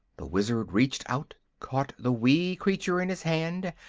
the wizard reached out, caught the wee creature in his hand,